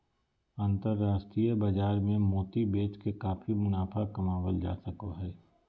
अन्तराष्ट्रिय बाजार मे मोती बेच के काफी मुनाफा कमावल जा सको हय